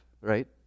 right